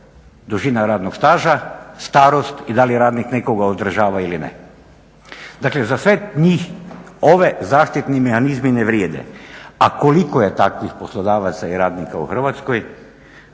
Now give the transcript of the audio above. dužina radnog staža, starost i da li radnik nekoga uzdržava ili ne, dakle za sve njih ove zaštitni mehanizmi ne vrijede. A koliko je takvih poslodavaca u radnika u Hrvatskoj?